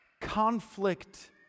Conflict